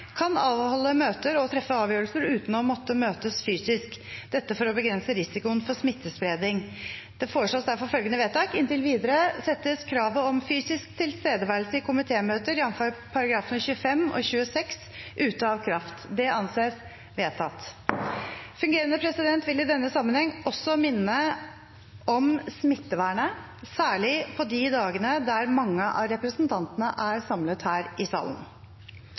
kan avholde møter og treffe avgjørelser uten å måtte møtes fysisk, dette for å begrense risikoen for smittespredning. Det foreslås derfor følgende vedtak: «Inntil videre settes kravet om fysisk tilstedeværelse i komitémøter, jf. §§ 25 og 26, ut av kraft.» – Det anses vedtatt. Fungerende president vil i denne sammenheng også minne om smittevernet, særlig på de dagene der mange av representantene er samlet her i salen.